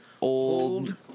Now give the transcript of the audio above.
old